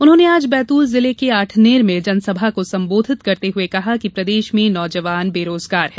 उन्होंने आज बैतूल जिले के आठनेर में जनसभा को संबोधित करते हए कहा कि प्रदेश में नौजवान बेरोजगार हैं